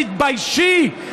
תתביישי.